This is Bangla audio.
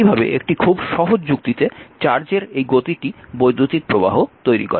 এই ভাবে একটি খুব সহজ যুক্তিতে চার্জের এই গতিটি বৈদ্যুতিক প্রবাহ তৈরি করে